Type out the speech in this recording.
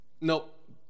Nope